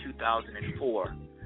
2004